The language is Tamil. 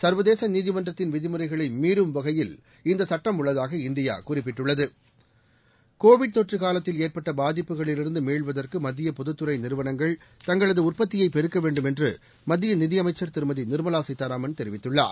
சர்வதேச நீதிமன்றத்தின் விதிமுறைகளை மீறும் வகையில் இந்த சட்டம் உள்ளதாக இந்தியா குறிப்பிட்டுள்ளது கோவிட் தொற்று காலத்தில் ஏற்பட்ட பாதிப்புகளிலிருந்து மீள்வதற்கு மத்திய பொதுத் துறை நிறுவனங்கள் தங்களது உற்பத்தியைப் பெருக்க வேண்டும் என்று மத்திய நிதியமைச்சர் திருமதி நிர்மலா சீதாராமன் தெரிவித்துள்ளார்